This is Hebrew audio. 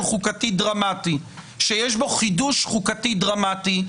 חוקתי דרמטי שיש בו חידוש חוקתי דרמטי,